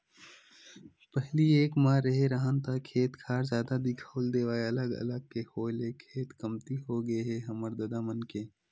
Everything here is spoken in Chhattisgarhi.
पहिली एक म रेहे राहन ता खेत खार जादा दिखउल देवय अलग अलग के होय ले खेत कमती होगे हे हमर ददा मन के